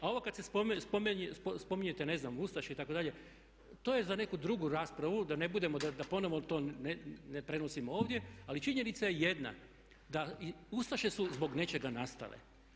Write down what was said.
A ovo kada se spominjete ne znam ustaše itd., to je za neku drugu raspravu da ne budemo, da ponovo to, ne prenosimo ovdje ali činjenica je jedna da i ustaše su zbog nečega nastale.